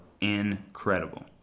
incredible